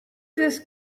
this